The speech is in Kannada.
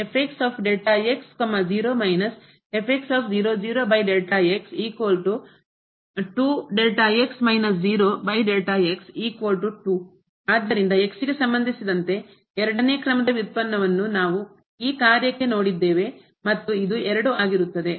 ಆದ್ದರಿಂದ ಆದ್ದರಿಂದ ಗೆ ಸಂಬಂಧಿಸಿದಂತೆ ಎರಡನೇ ಕ್ರಮದ ವ್ಯುತ್ಪನ್ನವನ್ನು ನಾವು ಈ ಕಾರ್ಯಕ್ಕೆ ನೋಡಿದ್ದೇವೆ ಮತ್ತು ಅದು 2 ಆಗಿರುತ್ತದೆ